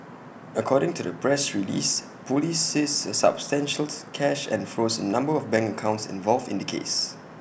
according to the press release Police seized substantial cash and froze A number of bank accounts involved in the case